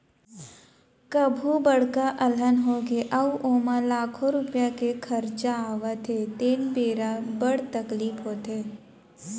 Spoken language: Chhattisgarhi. कभू बड़का अलहन होगे अउ ओमा लाखों रूपिया के खरचा आवत हे तेन बेरा बड़ तकलीफ होथे